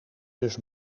dus